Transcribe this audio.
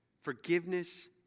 Forgiveness